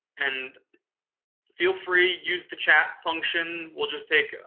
and feel free, use the chat function, we'll just take,